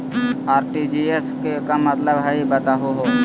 RTGS के का मतलब हई, बताहु हो?